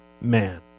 man